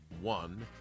one